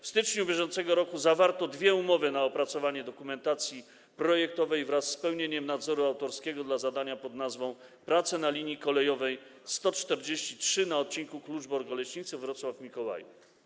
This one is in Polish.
W styczniu bieżącego roku zawarto dwie umowy na opracowanie dokumentacji projektowej wraz z pełnieniem nadzoru autorskiego dla zadania pod nazwą „Prace na linii kolejowej 143 na odcinku Kluczbork - Oleśnica - Wrocław Mikołajów”